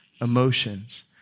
emotions